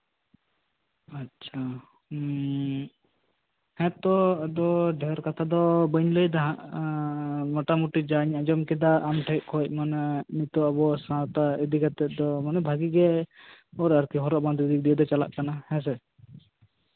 ᱟᱪᱪᱷᱟ ᱮᱜ ᱦᱮᱸ ᱛᱚ ᱟᱫᱚ ᱰᱷᱮᱨ ᱠᱟᱛᱷᱟ ᱫᱚ ᱵᱟᱹᱧ ᱞᱟᱹᱭ ᱫᱟ ᱦᱟᱜ ᱢᱳᱴᱟᱢᱩᱴᱤ ᱡᱟᱧ ᱟᱸᱡᱚᱢ ᱠᱮᱫᱟ ᱟᱢ ᱴᱷᱮᱱ ᱠᱷᱚᱱ ᱢᱟᱱᱮ ᱟᱵᱚ ᱥᱟᱶᱛᱟ ᱤᱫᱤ ᱠᱟᱛᱮᱜ ᱫᱚ ᱢᱟᱱᱮ ᱵᱷᱟᱹᱜᱤᱜᱮ ᱦᱚᱨᱚᱜ ᱵᱟᱸᱫᱮ ᱫᱤᱠ ᱫᱤᱭᱮ ᱫᱚ ᱪᱟᱞᱟᱜ ᱠᱟᱱᱟ ᱦᱮᱸᱥᱮ